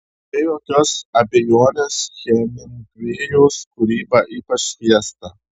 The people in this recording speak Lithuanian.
be jokios abejonės hemingvėjaus kūryba ypač fiesta